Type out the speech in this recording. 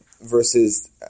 versus